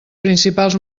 principals